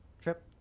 Trip